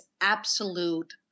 absolute